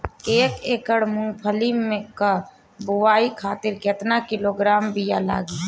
एक एकड़ मूंगफली क बोआई खातिर केतना किलोग्राम बीया लागी?